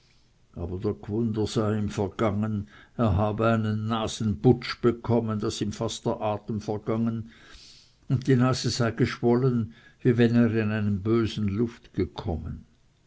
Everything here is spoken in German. aber der gwunder sei ihm vergangen er habe einen nasenputsch bekommen daß ihm fast der atem vergangen und die nase sei geschwollen wie wenn er in einen bösen luft gekommen